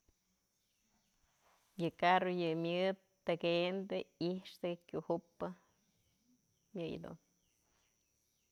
Yë carro yë myëdë tekendë, i'ixtë, kyujupë, yëyë dun.